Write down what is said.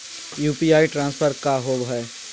UPI transfer का होव हई?